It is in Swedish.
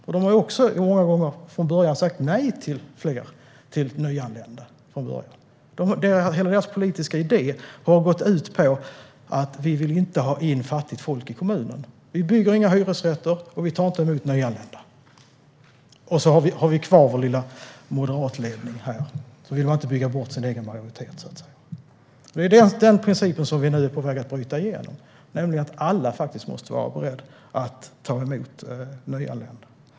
De har också många gånger från början sagt nej till nyanlända. Hela deras politiska idé har gått ut på att de inte vill ha in fattigt folk i kommunen: Vi bygger inga hyresrätter, och vi tar inte emot nyanlända. Vi har kvar vår lilla moderatledning här, och vi ska inte bygga bort vår egen majoritet. Det är den principen som vi nu är på väg att bryta igenom. Alla måste vara beredda att ta emot nyanlända.